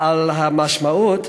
על המשמעות,